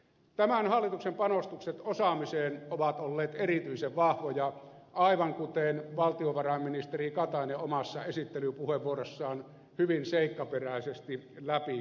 tämän hallituksen panostukset osaamiseen ovat olleet erityisen vahvoja aivan kuten valtiovarainministeri katainen omassa esittelypuheenvuorossaan hyvin seikkaperäisesti kävi läpi